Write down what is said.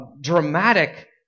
dramatic